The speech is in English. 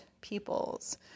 peoples